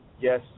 Yes